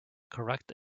correct